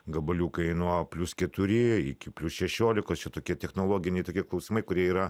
gabaliukai nuo plius keturi iki plius šešiolikos čia tokie technologiniai tokie klausimai kurie yra